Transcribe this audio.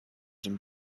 dem